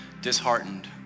disheartened